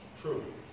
true